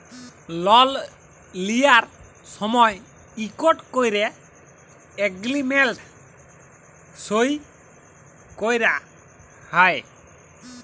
লল লিঁয়ার সময় ইকট ক্যরে এগ্রীমেল্ট সই ক্যরা হ্যয়